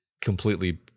completely